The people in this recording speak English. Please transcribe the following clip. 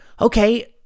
Okay